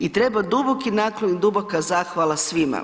I treba duboki naklon i duboka zahvala svima.